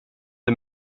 det